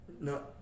No